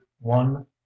one